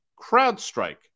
CrowdStrike